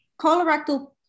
colorectal